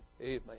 Amen